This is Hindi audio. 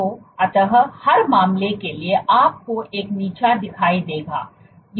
तो अंततः हर मामले के लिए आपको एक नीचा दिखाई देगी